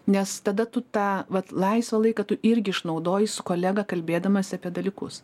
nes tada tu tą vat laisvą laiką tu irgi išnaudoji su kolega kalbėdamas apie dalykus